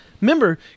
remember